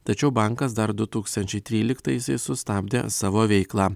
tačiau bankas dar du tūkstančiai tryliktaisiais sustabdė savo veiklą